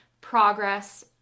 progress